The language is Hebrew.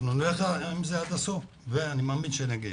אנחנו נלך עם זה עד הסוף ואני מאמין שנגיע.